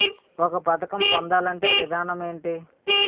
ఒక పథకం పొందాలంటే విధానం ఏంటి?